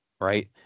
right